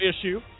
issue